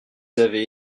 avez